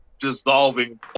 dissolving